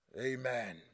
amen